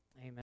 Amen